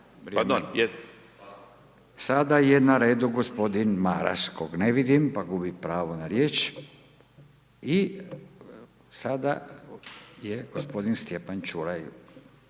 Sada je na redu g. Maras kog ne vidim pa gubi pravo na riječ. I sada je g. Stjepan Čuraj.